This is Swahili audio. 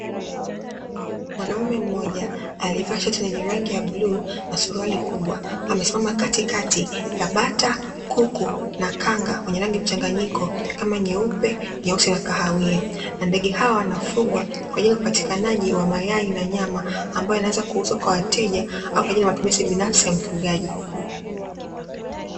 Mwanaume mmoja alievaa shati yenye rangi ya bluu na suruali kubwa amesimama katikati ya bata kuku na kanga wenye rangi mchanganyiko kama nyeusi, nyeupe na kahawia, na ndege hawa wanafugwa kwa ajili ya upatikanaji wa mayai na nyama, ambayo inaweza kuuzwa kwa wateja au matumizi binafsi ya mfugaji.